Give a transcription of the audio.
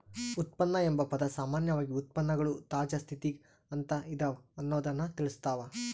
ಉತ್ಪನ್ನ ಎಂಬ ಪದ ಸಾಮಾನ್ಯವಾಗಿ ಉತ್ಪನ್ನಗಳು ತಾಜಾ ಸ್ಥಿತಿಗ ಅಂತ ಇದವ ಅನ್ನೊದ್ದನ್ನ ತಿಳಸ್ಸಾವ